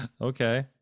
Okay